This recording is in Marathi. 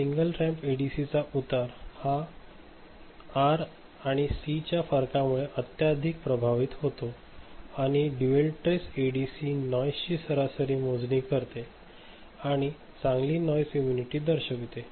सिंगल रॅम्प एडीसीचा उतार हा आर आणि सीच्या फरकामुळे अत्यधिक प्रभावित होतो आणि ड्युअल ट्रेस एडीसी नॉईस ची सरासरी मोजणी करते आणि चांगली नॉईस इम्म्युनिटी दर्शवते